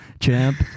Champ